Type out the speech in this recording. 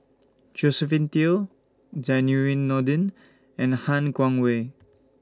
Josephine Teo Zainurin Nordin and Han Guangwei